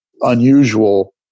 unusual